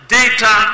data